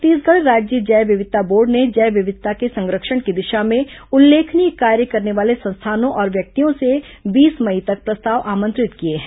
छत्तीसगढ़ राज्य जैव विविधता बोर्ड ने जैव विविधता के संरक्षण की दिशा में उल्लेखनीय कार्य करने वाले संस्थानों और व्यक्तियों से बीस मई तक प्रस्ताव आमंत्रित किए हैं